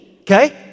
okay